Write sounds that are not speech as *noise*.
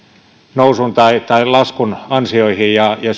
nousun tai tai laskun ansioihin ja *unintelligible*